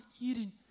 eating